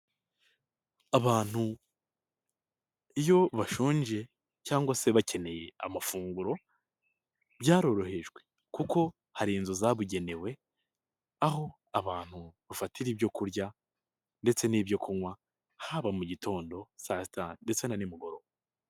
Abantu iyo bashonje cyangwa se bakeneye amafunguro , byarorohejwe kuko hari inzu zabugenewe aho abantu bafatira ibyo kurya, ndetse n'ibyo kunywa haba mu gitondo saa sita ndetse na nimugoroba.